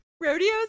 Rodeos